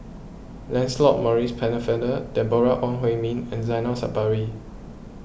Lancelot Maurice Pennefather Deborah Ong Hui Min and Zainal Sapari